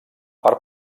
part